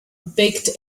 backed